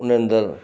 उन अंदरु